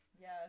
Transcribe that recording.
Yes